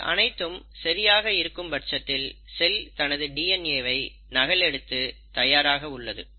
இது அனைத்தும் சரியாக இருக்கும் பட்சத்தில் செல் தனது டிஎன்ஏ வை நகல் எடுத்து தயாராக உள்ளது